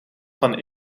van